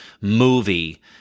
movie